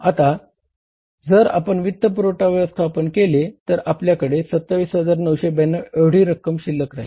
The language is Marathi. आता जर आपण वित्तपुरवठा व्यवस्थापन केले तर आपल्याकडे 27992 एवढी रक्कम शिल्लक राहील